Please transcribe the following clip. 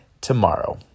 tomorrow